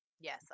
Yes